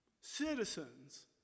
citizens